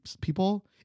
people